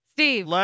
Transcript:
Steve